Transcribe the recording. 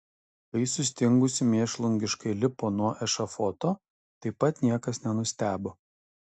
kai sustingusi mėšlungiškai lipo nuo ešafoto taip pat niekas nenustebo